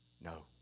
no